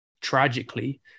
tragically